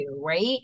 right